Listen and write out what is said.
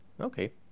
Okay